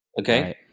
okay